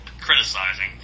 criticizing